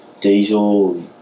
Diesel